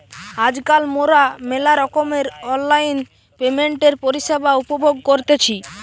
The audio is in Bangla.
আজকাল মোরা মেলা রকমের অনলাইন পেমেন্টের পরিষেবা উপভোগ করতেছি